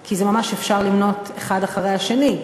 כי בזה ממש אפשר למנות האחד אחרי השני.